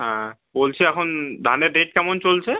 হ্যাঁ বলছি এখন ধানের রেট কেমন চলছে